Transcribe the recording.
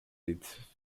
its